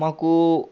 మాకూ